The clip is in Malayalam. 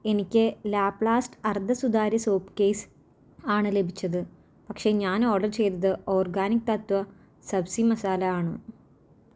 എനിക്ക് ലാ പ്ലാസ്റ്റ് അർദ്ധസുതാര്യ സോപ്പ് കേസ് ആണ് ലഭിച്ചത് പക്ഷേ ഞാൻ ഓർഡർ ചെയ്തത് ഓർഗാനിക് തത്വ സബ്സി മസാല ആണ്